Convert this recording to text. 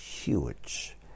huge